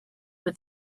with